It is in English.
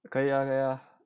可以呀可以呀